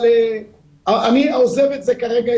אבל אני עוזב את זה כרגע,